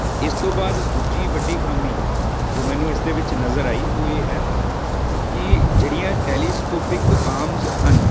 ਇਸ ਤੋਂ ਬਾਅਦ ਦੂਜੀ ਵੱਡੀ ਖਾਮੀ ਜੋ ਮੈਨੂੰ ਇਸ ਦੇ ਵਿੱਚ ਨਜ਼ਰ ਆਈ ਉਹ ਇਹ ਹੈ ਕਿ ਜਿਹੜੀਆਂ ਟੈਲੀਸਕੋਪਿਕ ਆਮਜ਼ ਹਨ